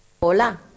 hola